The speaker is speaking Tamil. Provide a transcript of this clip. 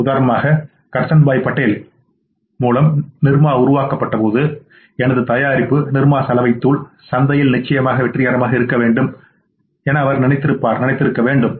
உதாரணமாக கர்சன்பாய் பட்டேல் மூலம் நிர்மா உருவாக்கப்பட்டபோது எனது தயாரிப்பு நிர்மா சலவை தூள் சந்தையில் நிச்சயமாக வெற்றிகரமாக இருக்க வேண்டும் என அவர் நினைத்திருக்க வேண்டும்